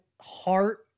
heart